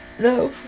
No